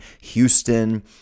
Houston